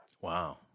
Wow